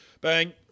Bang